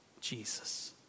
Jesus